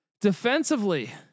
defensively